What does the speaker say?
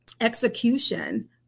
execution